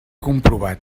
comprovat